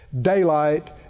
Daylight